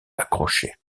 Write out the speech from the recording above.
accrochés